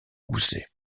gousset